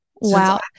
Wow